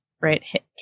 right